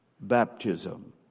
baptism